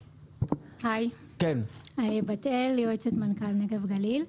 שלום, אני יועצת מנכ"ל נגב גליל.